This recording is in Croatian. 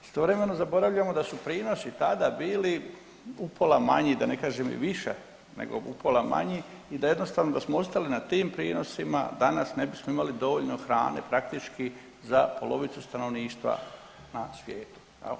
Istovremeno zaboravljamo da su prinosi tada bili upola manji, da ne kažem i više nego upola manji i da jednostavno, da smo ostali na tim prinosima, danas ne bismo imali dovoljno hrane, praktički za polovicu stanovništva na svijetu.